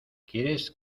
quieres